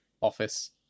office